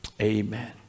amen